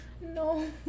No